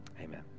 Amen